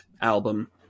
album